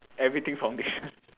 everything from this one